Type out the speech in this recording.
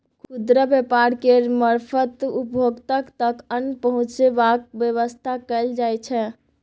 खुदरा व्यापार केर मारफत उपभोक्ता तक अन्न पहुंचेबाक बेबस्था कएल जाइ छै